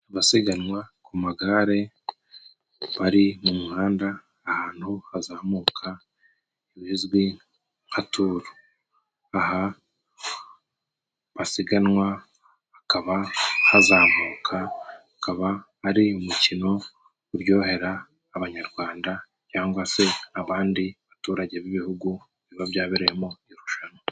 Abasiganwa ku magare bari mu muhanda ahantu hazamuka ibizwi nka turu. Aha basiganwa hakaba hazamuka, akaba ari umukino uryohera abanyarwanda cyangwa se abandi baturage b'ibihugu biba byabereyemo irushanwa.